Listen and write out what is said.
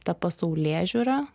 ta pasaulėžiūra